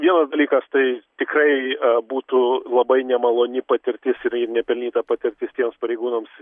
vienas dalykas tai tikrai būtų labai nemaloni patirtis ir nepelnyta patirtis tiems pareigūnams